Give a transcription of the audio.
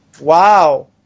wow